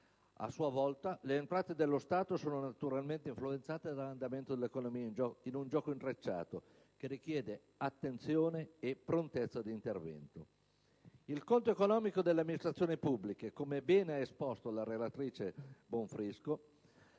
A loro volta, le entrate dello Stato sono naturalmente influenzate dall'andamento dell'economia, in un gioco intrecciato che richiede attenzione e prontezza d'intervento. Il conto economico delle amministrazioni pubbliche - come bene ha esposto la relatrice, senatrice